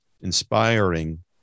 inspiring